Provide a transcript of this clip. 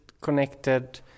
connected